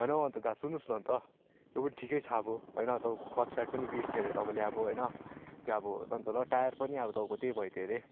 होइन हो अन्त दा सुन्नुहोस् न अन्त यो पनि ठिकै छ अब होइन तपाईँको क्लच पाइप पनि बिर्स्यो अरे तपाईँले अब होइन त्यो अब अन्त ल टायर पनि अब तपाईँको त्यही भइदियो अरे